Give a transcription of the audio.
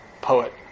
poet